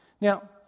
Now